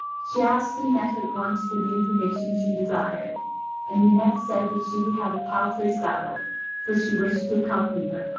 she asked lunete at once for the information she desired and lunete said that she would have a palfrey saddled for she wished to accompany her,